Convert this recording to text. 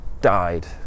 died